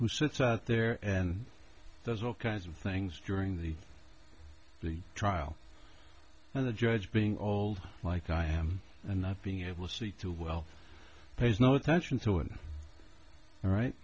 who sits out there and there's all kinds of things during the trial and the judge being all like i am and not being able to see too well pays no attention to it all right